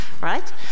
right